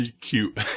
cute